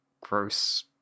gross